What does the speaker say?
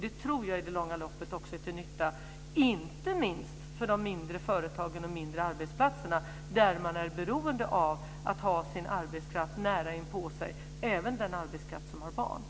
Det tror jag i det långa loppet är till nytta inte minst för de mindre företagen och de mindre arbetsplatserna, där man är beroende av att ha sin arbetskraft nära inpå sig - även den arbetskraft som har barn.